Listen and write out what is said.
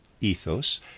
ethos